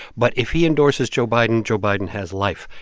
but if he endorses joe biden, joe biden has life.